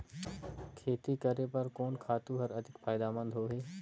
खेती करे बर कोन खातु हर अधिक फायदामंद होही?